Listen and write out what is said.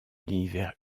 l’univers